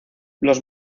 los